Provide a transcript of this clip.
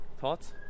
thoughts